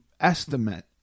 estimate